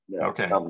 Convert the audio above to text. Okay